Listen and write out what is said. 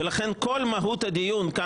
לכן כל מהות הדיון כאן,